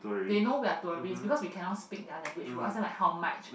they know we're tourists because we cannot speak their language we ask them like how much